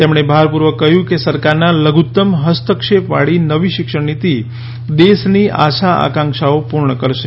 તેમણે ભાર પૂર્વક કહ્યું કે સરકારના લધુત્તમ હસ્તક્ષેપવાળી નવી શિક્ષણનીતિ દેશની આશા આકાંક્ષાઓ પૂર્ણ કરશે